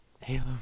Halo